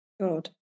God